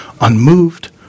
unmoved